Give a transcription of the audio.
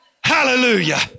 Hallelujah